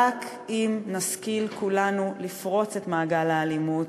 רק אם נשכיל כולנו לפרוץ את מעגל האלימות,